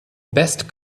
best